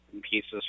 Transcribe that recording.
pieces